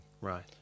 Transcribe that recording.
Right